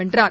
வென்றார்